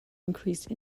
increased